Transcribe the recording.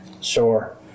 Sure